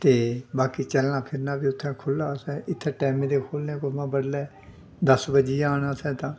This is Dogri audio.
ते बाकी चलना फिरना बी उत्थै खु'ल्ला असें इत्थै टैमें दे खोह्लने कुशबा बडलै दस बज्जी जान इत्थै तां